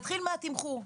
נתחיל מהתמחור.